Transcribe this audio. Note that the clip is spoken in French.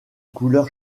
couleur